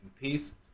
peace